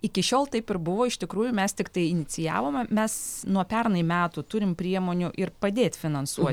iki šiol taip ir buvo iš tikrųjų mes tiktai inicijavome mes nuo pernai metų turim priemonių ir padėt finansuo